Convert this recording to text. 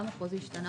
למה פה זה השתנה?